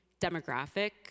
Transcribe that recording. demographic